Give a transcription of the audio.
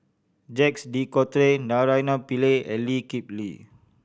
Jacques De Coutre Naraina Pillai and Lee Kip Lee